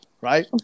right